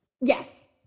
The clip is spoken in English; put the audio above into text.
Yes